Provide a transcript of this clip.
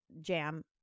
jam